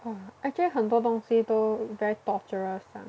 !wah! actually 很多东西都:hen duo dong xi doui very torturous ah